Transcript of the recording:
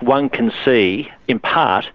one can see in part